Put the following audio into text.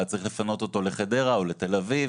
אז צריך לפנות אותו לחדרה או לתל אביב,